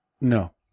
No